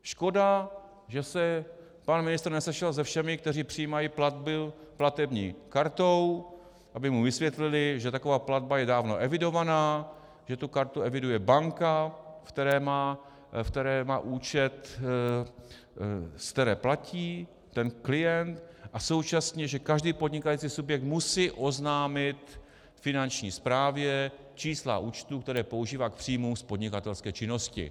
Škoda, že se pan ministr nesešel se všemi, kteří přijímají platbu platební kartou, aby mu vysvětlili, že taková platba je dávno evidovaná, že tu kartu eviduje banka, ve které má účet, ze které platí ten klient, a současně že každý podnikající subjekt musí oznámit Finanční správě čísla účtů, které používá k příjmům z podnikatelské činnosti.